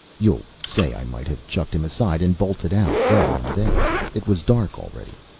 you'll say i might have chucked him aside and bolted out, there and then it was dark already.